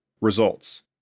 Results